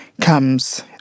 comes